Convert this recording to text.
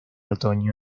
otoño